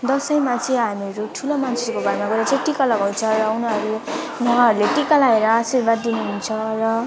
दसैँमा चाहिँ हामीहरू ठुलो मान्छेको घरमा गएर चाहिँ टिका लगाउँछ र उनीहरू उहाँहरूले टिका लाएर आशीर्वाद दिनुहुन्छ र